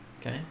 Okay